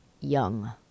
Young